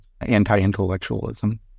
anti-intellectualism